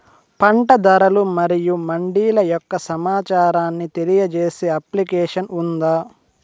పంట ధరలు మరియు మండీల యొక్క సమాచారాన్ని తెలియజేసే అప్లికేషన్ ఉందా?